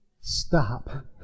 Stop